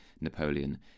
Napoleon